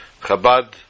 Chabad